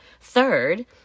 Third